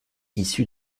issus